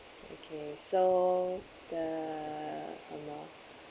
okay so the